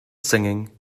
singing